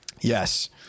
Yes